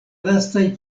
lastaj